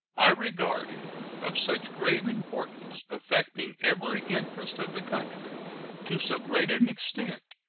i regard it of such grave importance, affecting every interest of the country to so great an extent,